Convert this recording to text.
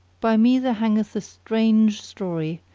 by me there hangeth a strange story,